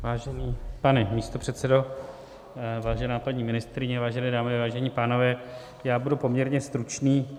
Vážený pane místopředsedo, vážená paní ministryně, vážené dámy, vážení pánové, budu poměrně stručný.